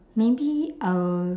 maybe I will